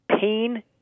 pain